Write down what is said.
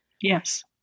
Yes